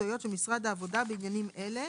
מקצועיות של משרד העבודה בעניינים אלה: